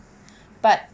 but